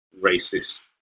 racist